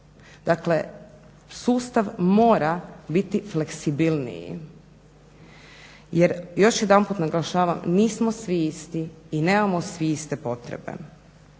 Dakle, sustav mora biti fleksibilniji jer, još jedanput naglašavam, nismo svi isti i nemamo svi iste potrebe.